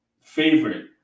favorite